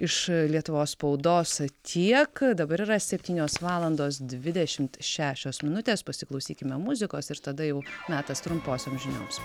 iš lietuvos spaudos tiek dabar yra septynios valandos dvidešimt šešios minutės pasiklausykime muzikos ir tada jau metas trumposioms žinioms